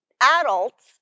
adults